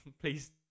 Please